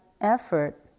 effort